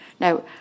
Now